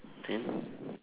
thin